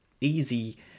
easy